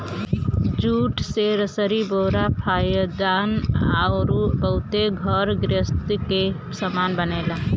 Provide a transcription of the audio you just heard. jute से रसरी बोरा पायदान अउरी बहुते घर गृहस्ती के सामान बनेला